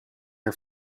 her